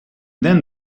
then